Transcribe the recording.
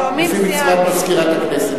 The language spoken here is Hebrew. לפי מצוות מזכירת הכנסת.